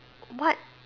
what